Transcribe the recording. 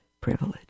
privilege